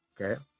Okay